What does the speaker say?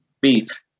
beef